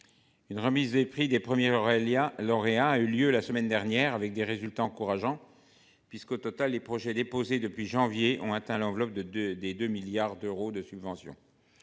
Une remise pris des premiers Aurélia lauréat a eu lieu la semaine dernière, avec des résultats encourageants puisqu'au total les projets déposés depuis janvier ont atteint l'enveloppe de de des 2 milliards d'euros de subventions.